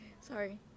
sorry